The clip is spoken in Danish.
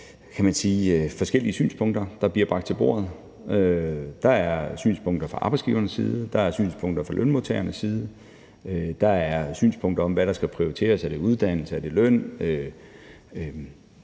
forskellige synspunkter, der bliver bragt til bordet. Der er synspunkter fra arbejdsgivernes side, der er synspunkter fra lønmodtagernes side, der er synspunkter om, hvad der skal prioriteres: Er det uddannelse? Er det løn?